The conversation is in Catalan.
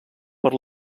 per